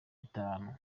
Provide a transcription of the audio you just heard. itanu